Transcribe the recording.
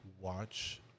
watch